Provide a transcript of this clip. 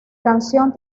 canción